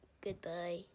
Goodbye